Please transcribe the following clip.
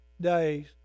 days